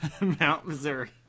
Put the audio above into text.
Mount-Missouri